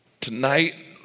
Tonight